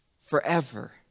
forever